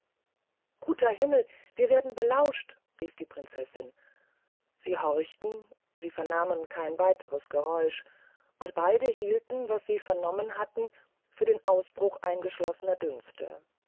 guter himmel wir werden belauscht rief die prinzessin sie horchten sie vernahmen kein weiteres geräusch und beyde hielten was sie vernommen hatten für den ausbruch eingeschlossener dünste